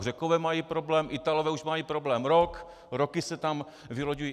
Řekové mají problém, Italové už mají problém rok, roky se tam vyloďují.